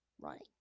Running